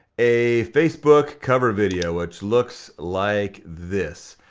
a facebook cover video, which looks like this.